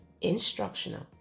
instructional